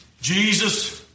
Jesus